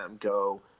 go